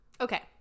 okay